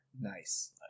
nice